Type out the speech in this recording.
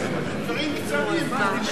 דברים קצרים פה ושם.